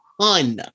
ton